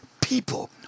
people